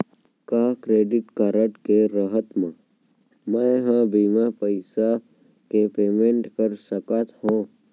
का credit card के रहत म, मैं ह बिना पइसा के पेमेंट कर सकत हो?